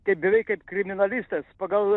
kaip beveik kaip kriminalistas pagal